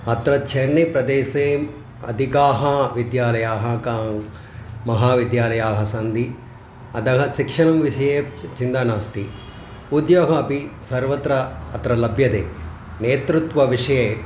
अत्र चेन्नैप्रदेशे अधिकाः विद्यालयाः का महाविद्यालयाः सन्ति अतः शिक्षणं विषये च् चिन्ता नास्ति उद्योगः अपि सर्वत्र अत्र लभ्यते नेतृत्वविषये